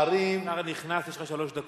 פערים, השר נכנס, יש לך שלוש דקות.